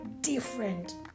different